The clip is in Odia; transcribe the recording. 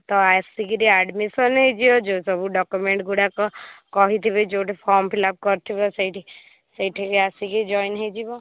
ତ ଆସିକିରି ଆଡ଼ମିସନ୍ ହୋଇଯିବ ଯେଉଁ ସବୁ ଡକୁମେଣ୍ଟ୍ଗୁଡ଼ାକ କହିଥିବେ ଯେଉଁଠି ଫର୍ମ୍ ଫିଲ୍ଅପ୍ କରିଥିବ ସେଇଠି ସେଇଠିକି ଆସିକି ଜଏନ୍ ହୋଇଯିବ